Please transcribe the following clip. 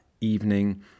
evening